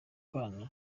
kana